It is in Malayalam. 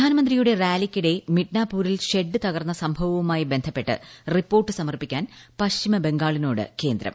പ്രധാനമന്ത്രിയുടെ റാലിയ്ക്കിടെ മിഡ്നാപൂരിൽ ഷെഡ് തകർന്ന സംഭവവുമായി ബന്ധപ്പെട്ട് റിപ്പോർട്ട് സമർപ്പിക്കാൻ പശ്ചിമ ബംഗാളിനോട് കേന്ദ്രം